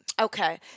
Okay